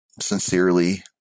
sincerely